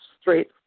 straight